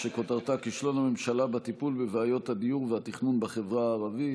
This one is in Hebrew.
שכותרתה: כישלון הממשלה בטיפול בבעיות הדיור והתכנון בחברה הערבית.